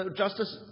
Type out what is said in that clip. justice